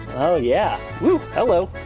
oh, yeah. woo! hello.